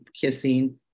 kissing